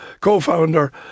co-founder